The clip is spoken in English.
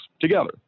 together